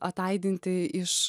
ataidintį iš